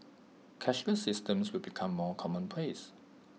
cashless systems will become more commonplace